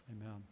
Amen